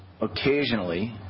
occasionally